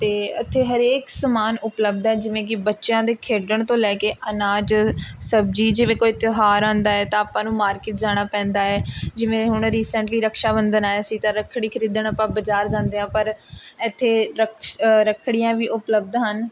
ਅਤੇ ਇੱਥੇ ਹਰੇਕ ਸਮਾਨ ਉਪਲੱਬਧ ਹੈ ਜਿਵੇਂ ਕਿ ਬੱਚਿਆਂ ਦੇ ਖੇਡਣ ਤੋਂ ਲੈ ਕੇ ਅਨਾਜ ਸਬਜ਼ੀ ਜਿਵੇਂ ਕੋਈ ਤਿਉਹਾਰ ਆਉਂਦਾ ਹੈ ਤਾਂ ਆਪਾਂ ਨੂੰ ਮਾਰਕਿਟ ਜਾਣਾ ਪੈਂਦਾ ਹੈ ਜਿਵੇਂ ਹੁਣ ਰਿਸੈਂਟਲੀ ਰਕਸ਼ਾ ਬੰਧਨ ਆਇਆ ਸੀ ਤਾਂ ਰੱਖੜੀ ਖਰੀਦਣ ਆਪਾਂ ਬਜ਼ਾਰ ਜਾਂਦੇ ਹਾਂ ਪਰ ਇੱਥੇ ਰਕਸ਼ ਰੱਖੜੀਆਂ ਵੀ ਉਪਲੱਬਧ ਹਨ